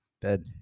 Dead